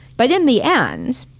but in the end,